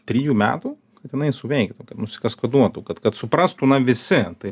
trijų metų kad jinai suveiktų nusikaskaduotų kad kad suprastų na visi tai